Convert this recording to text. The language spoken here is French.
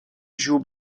joue